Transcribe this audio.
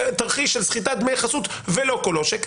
תרחיש של סחיטת דמי חסות ולא כל עושק.